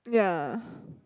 ya